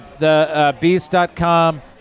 thebeast.com